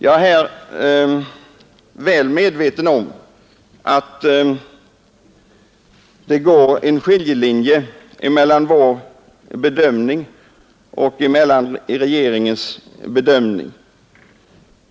Jag är väl medveten om att det går en skiljelinje mellan vår bedömning och regeringens bedömning.